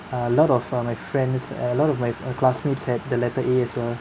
a lot of uh my friends a lot of my classmates had the letter A as well